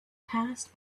passed